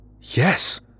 yes